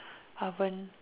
oven